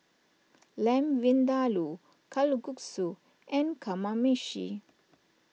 Lamb Vindaloo Kalguksu and Kamameshi